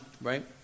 right